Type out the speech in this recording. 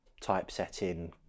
typesetting